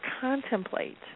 contemplate